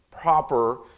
proper